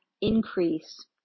increase